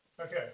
Okay